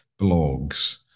blogs